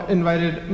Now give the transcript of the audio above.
invited